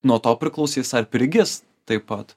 nuo to priklausys ar prigis taip pat